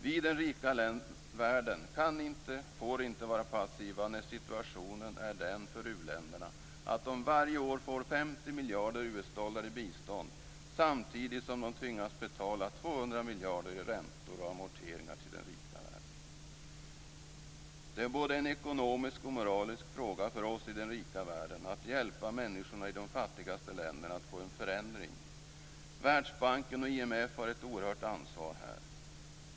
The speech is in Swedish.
Vi i den rika världen kan inte och får inte vara passiva när situationen är den för u-länderna att de varje år får 50 miljarder US-dollar i bistånd samtidigt som de tvingas betala 200 miljarder i räntor och amorteringar till den rika världen. Det är både en ekonomisk och moralisk fråga för oss i den rika världen att hjälpa människorna i de fattigaste länderna att få en förändring. Världsbanken och IMF har här ett oerhört ansvar.